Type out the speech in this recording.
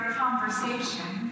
conversation